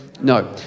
No